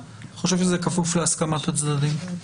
אני חושב שזה כפוף להסכמת הצדדים.